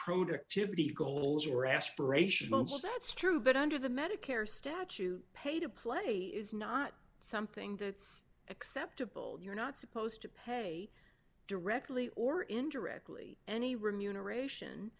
productivity goals or aspirations months that's true but under the medicare statue pay to play is not something that's acceptable you're not supposed to pay directly or indirectly any remuneration